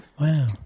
Wow